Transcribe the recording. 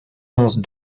onze